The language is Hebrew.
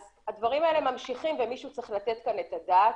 אז הדברים האלה ממשיכים ומישהו צריך לתת כאן את הדעת.